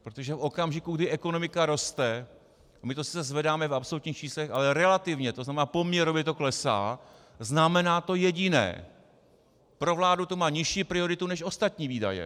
Protože v okamžiku, kdy ekonomika roste, my to sice zvedáme v absolutních číslech, ale relativně, to znamená poměrově, to klesá, znamená to jediné pro vládu to má nižší prioritu než ostatní výdaje.